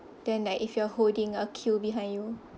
then like if you are holding a queue behind you